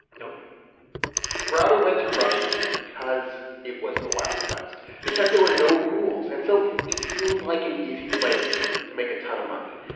nope browder went to russia because it was the wild west, because there were no rules. and so it seemed like an easy place to make a ton of money.